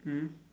mm